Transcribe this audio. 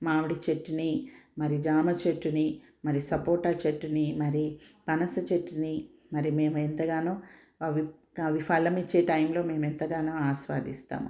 మామిడి చెట్టుని మరి జామ చెట్టుని మరి సపోటా చెట్టుని మరి పనస చెట్టుని మరి మేమెంతగానో అవి అవి ఫలం ఇచ్చే టైంలో మేమెంతగానో ఆస్వాదిస్తాము